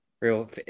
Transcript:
real